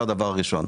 זה הדבר הראשון.